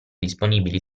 disponibili